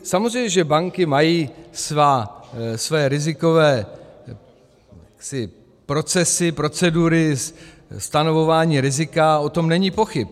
Samozřejmě že banky mají své rizikové procesy, procedury stanovování rizika, o tom není pochyb.